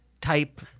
type